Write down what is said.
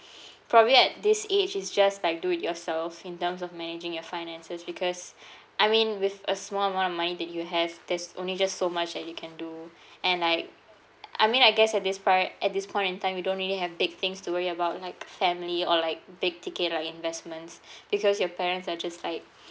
probably at this age it's just like do it yourself in terms of managing your finances because I mean with a small amount of money that you have that's only just so much that you can do and like I mean I guess at this poi~ at this point in time we don't really have big things to worry about like family or like big ticket or investments because your parents are just like